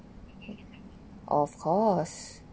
of course